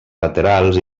laterals